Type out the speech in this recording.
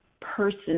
person